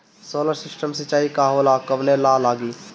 Solar system सिचाई का होला कवने ला लागी?